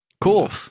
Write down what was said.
Cool